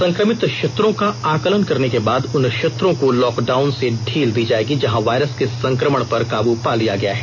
संक्रमित क्षेत्रों का आकलन करने के बाद उन क्षेत्रों को लॉकडाउन से ढ़ील दी जायेगी जहां वायरस के संक्रमण पर काबू पा लिया गया है